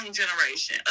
generation